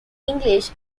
english